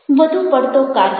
વધુ પડતો કાર્યભાર